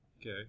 Okay